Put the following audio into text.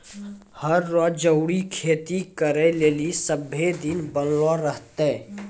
हर रो जरूरी खेती करै लेली सभ्भे दिन बनलो रहतै